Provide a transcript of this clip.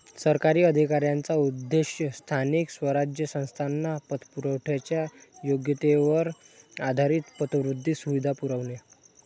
सरकारी अधिकाऱ्यांचा उद्देश स्थानिक स्वराज्य संस्थांना पतपुरवठ्याच्या योग्यतेवर आधारित पतवृद्धी सुविधा पुरवणे